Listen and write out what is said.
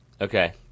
Okay